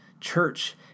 church